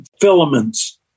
filaments